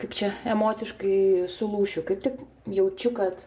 kaip čia emociškai sulūšiu kaip tik jaučiu kad